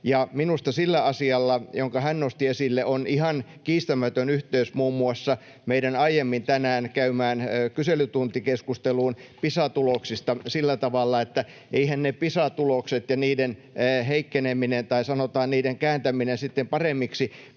Minusta sillä asialla, jonka hän nosti esille, on ihan kiistämätön yhteys muun muassa meidän aiemmin tänään käymään kyselytuntikeskusteluun Pisa-tuloksista sillä tavalla, että eiväthän ne Pisa-tulokset ja niiden heikkeneminen — tai, sanotaan, niiden kääntäminen paremmiksi